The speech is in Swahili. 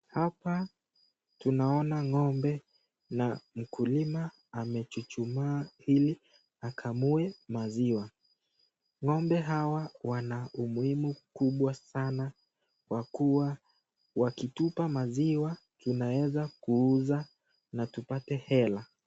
Hapa tunaona ng'ombe na mkulima amechuchumaa ili akamue maziwa. Ng'ombe hawa wana umuhimu kubwa sana kwa kuwa wakitupa maziwa tunaweza kuuza na tupate hela.